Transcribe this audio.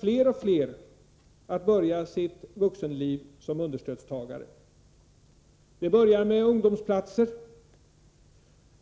Fler och fler tvingas börja sitt vuxenliv som understödstagare. Det börjar med ungdomsplatser